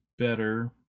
better